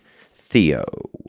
THEO